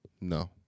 No